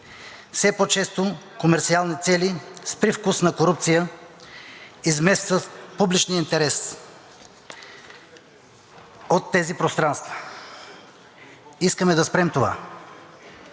Все повече комерсиални цели с привкус на корупция изместват публичния интерес от тези пространства. Искаме да спрем това.